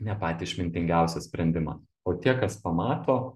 ne patį išmintingiausią sprendimą o tie kas pamato